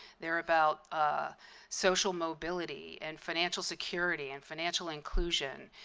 they're about ah social mobility, and financial security, and financial inclusion.